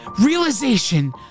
realization